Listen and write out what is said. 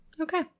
Okay